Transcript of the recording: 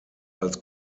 als